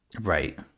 Right